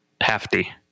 hefty